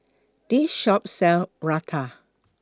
This Shop sell Raita